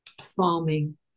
farming